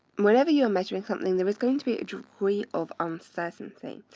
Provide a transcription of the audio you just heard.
whenever you are measuring something, there is going to be a degree of uncertainty,